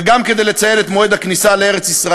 וגם כדי לציין את מועד הכניסה לארץ-ישראל,